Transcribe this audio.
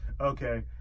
Okay